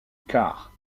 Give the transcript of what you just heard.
carr